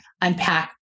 unpack